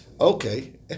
Okay